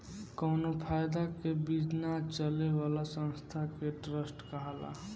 कावनो फायदा के बिना चले वाला संस्था के ट्रस्ट कहाला